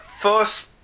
first